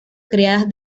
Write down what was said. creadas